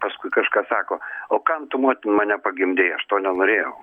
paskui kažkas sako o kam tu motin mane pagimdei aš to nenorėjau